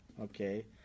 okay